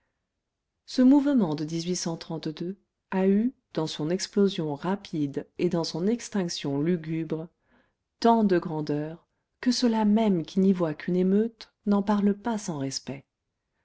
ce mouvement de a eu dans son explosion rapide et dans son extinction lugubre tant de grandeur que ceux-là mêmes qui n'y voient qu'une émeute n'en parlent pas sans respect